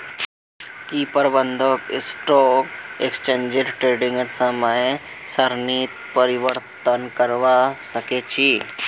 की प्रबंधक stock exchange ट्रेडिंगेर समय सारणीत परिवर्तन करवा सके छी